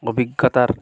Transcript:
অভিজ্ঞতার